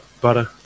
Butter